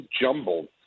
jumbled